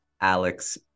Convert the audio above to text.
Alex